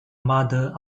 mother